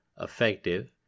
effective